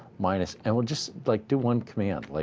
minus. and we'll just like do one command. like